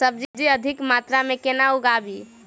सब्जी अधिक मात्रा मे केना उगाबी?